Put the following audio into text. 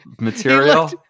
material